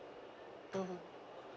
mmhmm